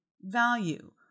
value